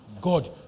God